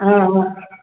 हाम्